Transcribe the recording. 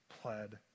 pled